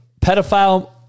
pedophile